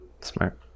smart